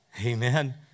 Amen